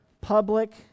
public